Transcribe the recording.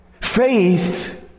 Faith